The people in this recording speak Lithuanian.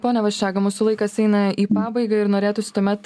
pone vaščega mūsų laikas eina į pabaigą ir norėtųsi tuomet